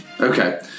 Okay